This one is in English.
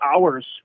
hours